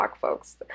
folks